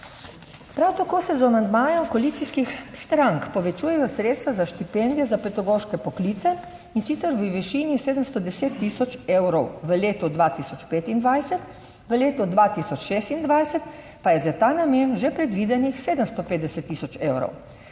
Prav tako se z amandmajem koalicijskih strank povečujejo sredstva za štipendije za pedagoške poklice in sicer v višini 710000 evrov v letu 2025, v letu 2026 pa je za ta namen že predvidenih 750000 evrov.